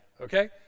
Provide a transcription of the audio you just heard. Okay